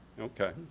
Okay